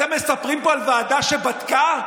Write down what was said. אתם מספרים פה על ועדה שבדקה?